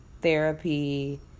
therapy